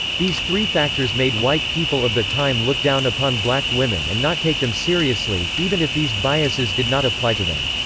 these three factors made white people of the time look down upon black women and not take them seriously, even if these biases did not apply to them.